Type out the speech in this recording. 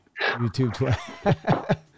youtube